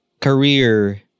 career